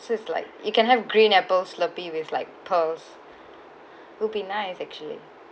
so it's like you can have green apples slurpee with like pearls would be nice actually